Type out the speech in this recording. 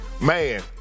Man